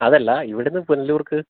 അതല്ല ഇവിടുന്ന് പുനലൂർക്ക്